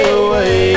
away